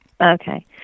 Okay